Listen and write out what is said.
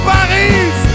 Paris